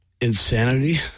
Insanity